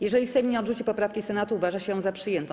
Jeżeli Sejm nie odrzuci poprawki Senatu, uważa się ją za przyjętą.